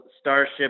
starship